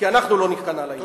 כי אנחנו לא ניכנע להם.